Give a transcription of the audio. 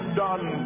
done